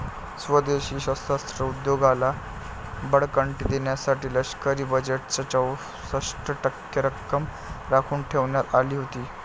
स्वदेशी शस्त्रास्त्र उद्योगाला बळकटी देण्यासाठी लष्करी बजेटच्या चौसष्ट टक्के रक्कम राखून ठेवण्यात आली होती